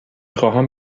خواهم